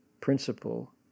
principle